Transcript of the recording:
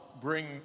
bring